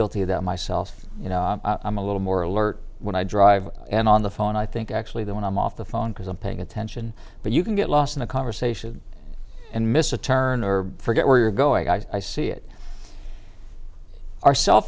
guilty of that myself you know i'm a little more alert when i drive and on the phone i think actually that when i'm off the phone because i'm paying attention but you can get lost in a conversation and miss a turn or forget where you're going i see it our cell